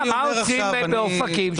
עושים לגבי אופקים?